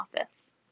office